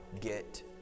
get